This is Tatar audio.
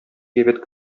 әйбәт